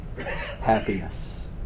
Happiness